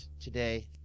today